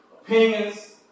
opinions